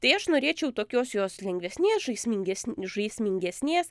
tai aš norėčiau tokios jos lengvesnės žaismingesn žaismingesnės